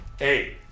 eight